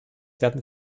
werden